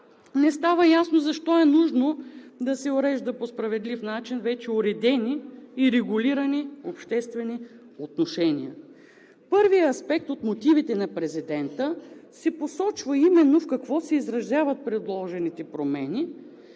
Не става ясно защо е нужно да се уреждат по справедлив начин вече уредени и регулирани обществени отношения. В първия аспект от мотивите на президента се посочва именно в какво се изразяват предложените промени,